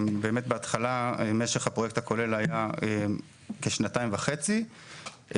באמת בהתחלה משך הפרויקט הכולל היה כשנתיים וחצי,